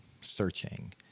searching